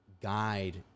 guide